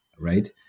right